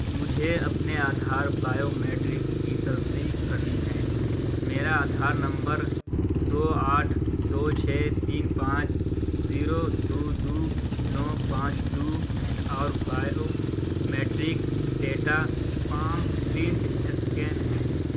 مجھے اپنے Aadhaar biometrics کی تصدیق کرنی ہے میرا آدھار نمبر دو آٹھ دو چھ تین پانچ زیرو دو دو نو پانچ دو ہیں اور biometric data palm print scan ہے